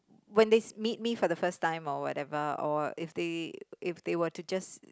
when they meet me for the first time or whatever or if they if they were to just